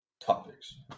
topics